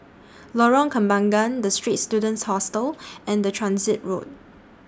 Lorong Kembangan The Straits Students Hostel and The Transit Road